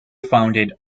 founded